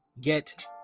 get